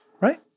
right